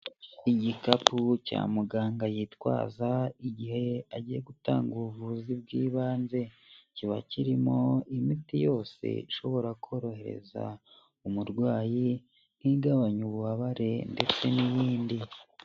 Igikapu cya muganga yitwaza igihe agiye gutanga ubuvuzi bw'ibanze, kiba kirimo imiti yose ishobora korohereza umurwayi nk'igabanya ububabare ndetse n'iy'indi.